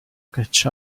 catch